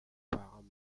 parents